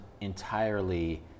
entirely